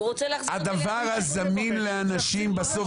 הדבר הזמין לאנשים בסוף,